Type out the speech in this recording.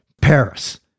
Paris